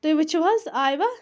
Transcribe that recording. تُہۍ وُچھِو حظ آیِوا